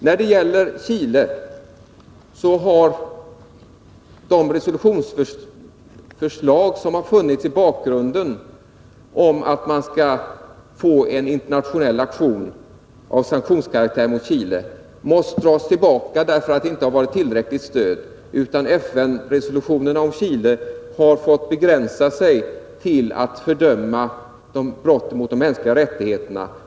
När det gäller Chile har de resoiutionsförslag om en internationell aktion av sanktionskaraktär mot Chile vilka har funnits i bakgrunden måst dras tillbaka därför att de inte har fått tillräckligt stöd. FN-resolutionen om Chile har fått begränsas till att fördöma brotten mot de mänskliga rättigheterna.